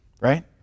right